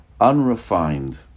unrefined